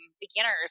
beginners